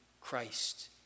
Christ